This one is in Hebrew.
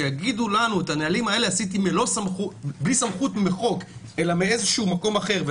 שיגידו לנו שאת הנהלים האלה עשיתי בלי סמכות מחוק אלא מאיזשהו מקום אחר,